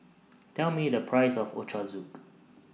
Tell Me The Price of Ochazuke